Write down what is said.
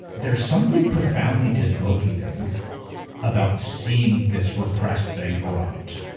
there's something profoundly dislocating about seeing this repressed thing erupt.